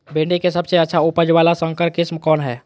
भिंडी के सबसे अच्छा उपज वाला संकर किस्म कौन है?